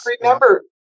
remember